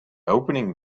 opening